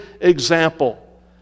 example